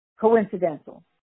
coincidental